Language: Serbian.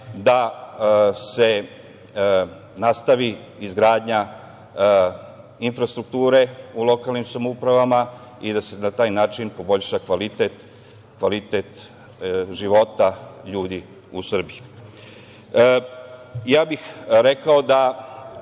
da se nastavi izgradnja infrastrukture u lokalnim samoupravama i da se na taj način poboljša kvalitet života ljudi u Srbiji. Rekao bih da